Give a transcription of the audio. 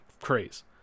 craze